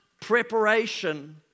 preparation